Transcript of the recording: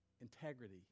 integrity